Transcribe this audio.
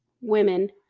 women